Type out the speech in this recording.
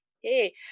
hey